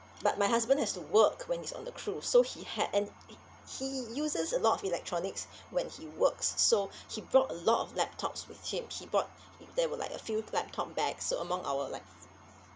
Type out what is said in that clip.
but my husband has to work when he's on the cruise so he had and he uses a lot of electronics when he works so he brought a lot of laptops with him he brought it there were like a few laptop bags so among our like